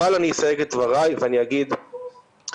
אבל אני אסייג את דבריי ואני אגיד שגם